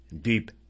Deep